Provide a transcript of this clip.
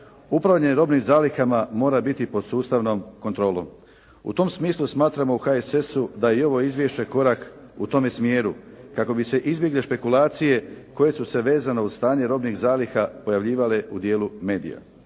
upravljanje robnim zalihama mora biti pod sustavnom kontrolom. U tom smislu smatrao u HSS-u da je i ovo izvješće korak u tome smjeru, kako bi se izbjegle špekulacije koje su se vezano uz stanje robnih zaliha pojavljivale u dijelu medija.